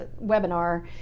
webinar